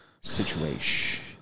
situation